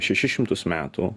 šešis šimtus metų